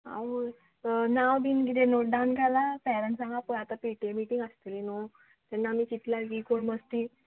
आवय नांव बीन किदें नोट डावन केलां पेरंट्सांक पळय आतां पी टी ए मिटींग आसतली न्हू तेन्ना आमी चितला की कोण मस्ती